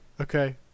okay